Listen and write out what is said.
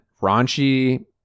raunchy